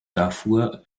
darfur